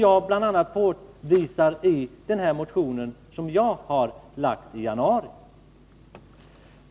a. detta påvisar jag i den motion som jag väckte i januari.